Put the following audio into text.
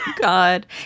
god